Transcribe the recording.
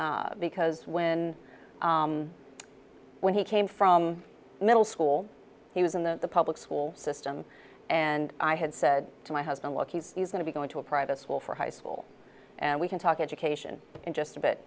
there because when when he came from middle school he was in the public school system and i had said to my husband look he's going to be going to a private school for high school and we can talk education in just a bit